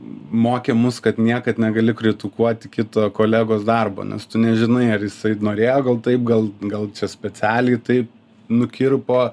mokė mus kad niekad negali kritikuoti kito kolegos darbo nes tu nežinai ar jisai norėjo gal taip gal gal čia specialiai taip nukirpo